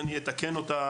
אני אתקן אותה.